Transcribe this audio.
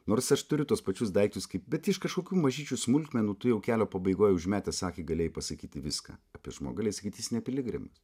nors aš turiu tuos pačius daiktus kaip bet iš kažkokių mažyčių smulkmenų tu jau kelio pabaigoje užmetęs akį galėjai pasakyti viską apie žmogų galėjai sakyt jis ne piligrimas